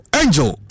angel